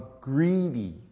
greedy